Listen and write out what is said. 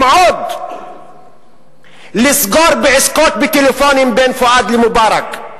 עוד לסגור עסקות בטלפונים בין פואד למובארק.